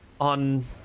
On